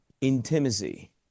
intimacy